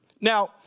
Now